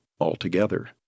altogether